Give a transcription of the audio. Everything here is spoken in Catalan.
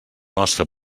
nostre